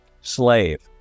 slave